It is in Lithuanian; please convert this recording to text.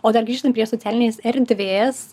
o dar grįštam prie socialinės erdvės